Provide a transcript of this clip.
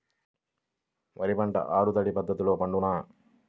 వరి పంట ఆరు తడి పద్ధతిలో పండునా?